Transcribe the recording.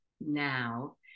now